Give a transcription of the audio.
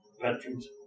veterans